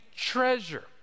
treasure